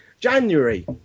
January